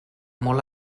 molt